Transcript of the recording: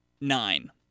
Nine